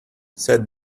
said